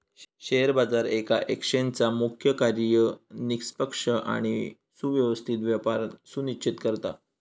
share बाजार येका एक्सचेंजचा मुख्य कार्य निष्पक्ष आणि सुव्यवस्थित व्यापार सुनिश्चित करता